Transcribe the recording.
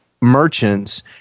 merchants